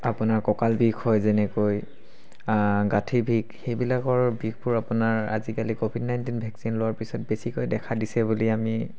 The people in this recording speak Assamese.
আপোনাৰ কঁকাল বিষ হয় যেনেকৈ গাঁঠি বিষ সেইবিলাকৰ বিষবোৰ আপোনাৰ আজিকালি ক'ভিড নাইণ্টিন ভেকচিন লোৱাৰ পিছত বেছিকৈ দেখা দিছে বুলি আমি